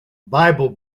bible